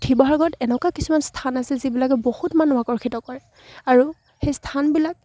শিৱসাগৰত এনেকুৱা কিছুমান স্থান আছে যিবিলাকে বহুত মানুহ আকৰ্ষিত কৰে আৰু সেই স্থানবিলাক